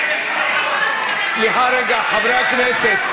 סליחה רגע, חברי הכנסת,